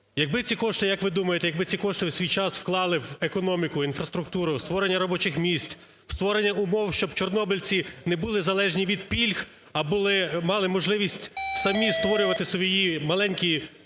Якби ці кошти, як ви думаєте, як би ці кошти у свій час вклали в економіку, інфраструктуру, у створення робочих місць, у створення умов, щоб чорнобильці не були залежні від пільг, а мали можливість самі створювати свої маленькі